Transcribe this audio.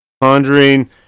Conjuring